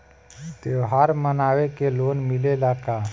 त्योहार मनावे के लोन मिलेला का?